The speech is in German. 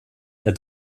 der